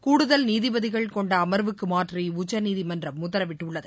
கூடுதல் நீதிபதிகள் கொண்ட அமர்வுக்கு மாற்றி உச்சநீதிமன்றம் உத்தரவிட்டுள்ளது